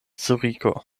zuriko